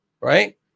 right